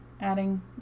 adding